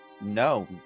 No